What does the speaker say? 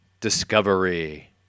discovery